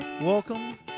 Welcome